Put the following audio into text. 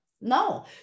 No